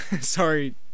Sorry